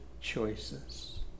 choices